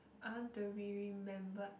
I want to be remembered